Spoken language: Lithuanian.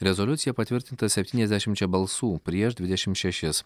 rezoliucija patvirtinta septyniasdešimčia balsų prieš dvidešimt šešis